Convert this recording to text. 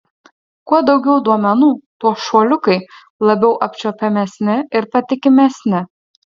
kuo daugiau duomenų tuo šuoliukai labiau apčiuopiamesni ir patikimesni